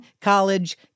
college